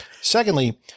Secondly